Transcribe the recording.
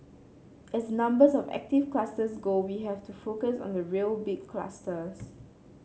as numbers of active clusters go we have to focus on the real big clusters